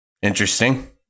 Interesting